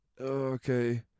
okay